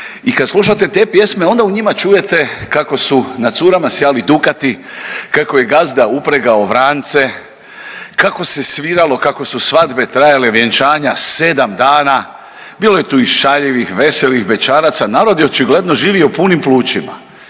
I kad slušate te pjesme onda u njima čujete kako su na curama sjali dukati, kako je gazda upregao vrance, kako se sviralo, kako su svadbe trajale, vjenčanja 7 dana. Bilo je tu i šaljivih, veselih bećaraca. Narod je očigledno živio punim plućima.